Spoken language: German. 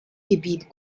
gebiet